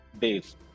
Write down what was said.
days